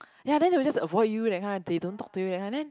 ya then they will just avoid you that kind they don't talk you that kind and then